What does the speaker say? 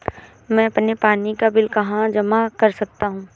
मैं अपने पानी का बिल कहाँ जमा कर सकता हूँ?